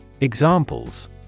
Examples